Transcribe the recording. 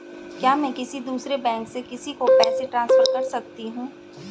क्या मैं किसी दूसरे बैंक से किसी को पैसे ट्रांसफर कर सकती हूँ?